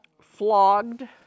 Flogged